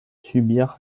subir